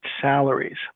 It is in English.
salaries